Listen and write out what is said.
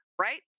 right